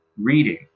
reading